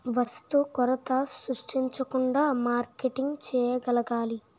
వస్తు కొరత సృష్టించకుండా మార్కెటింగ్ చేయగలగాలి